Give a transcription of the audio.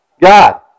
God